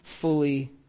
fully